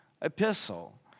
epistle